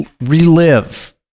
relive